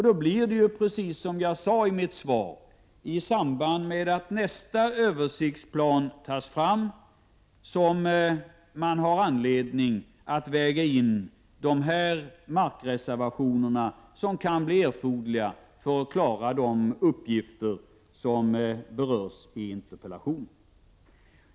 Då blir det precis som jag sade i mitt svar, nämligen att man i samband med att nästa översiktsplan tas fram har anledning att väga in de markreservationer som kan bli erforderliga för att klara de uppgifter som berörs i interpellationen.